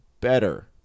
better